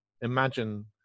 imagine